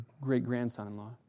great-grandson-in-law